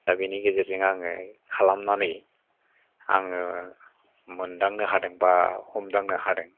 दा बेनि गेजेरजों आङो खालामनानै आङो मोन्दांनो हादों बा हमदांनो हादों